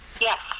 Yes